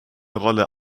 rolle